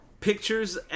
Pictures